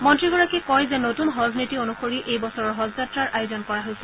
মন্ত্ৰীগৰাকীয়ে কয় যে নতুন হজ নীতি অনুসৰি এই বছৰৰ হজযাত্ৰাৰ আয়োজন কৰা হৈছে